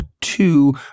two